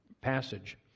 passage